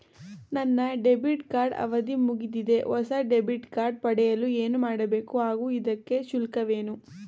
ನನ್ನ debit card ಅವಧಿ ಮುಗಿದಿದೆ ಹೊಸ ಡೆಬಿಟ್ ಕಾರ್ಡ್ ಪಡೆಯಲು ಏನು ಮಾಡಬೇಕು ಹಾಗೂ ಇದಕ್ಕೆ ಶುಲ್ಕವೇನು?